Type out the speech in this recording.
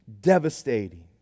devastating